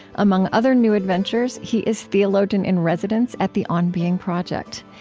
among other new adventures, he is theologian in residence at the on being project.